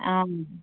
অ